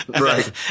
Right